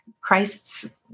christ's